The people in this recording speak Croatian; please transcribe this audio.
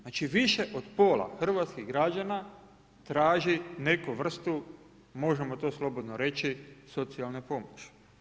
Znači, više od pola hrvatskih građana traži neku vrstu, možemo to slobodno reći, socijalne pomoći.